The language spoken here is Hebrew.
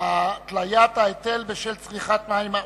(התליית ההיטל בשל צריכת מים עודפת),